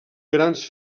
grans